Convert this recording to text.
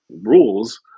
rules